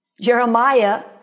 Jeremiah